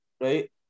right